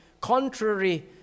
contrary